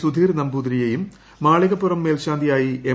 സുധീർ നമ്പൂതിരിയെയും മാളികപ്പുറം മേൽശാ ന്തിയായി എം